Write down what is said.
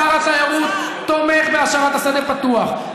שר התיירות תומך בהשארת השדה פתוח,